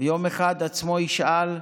/ ויום אחד עצמו / ישאל: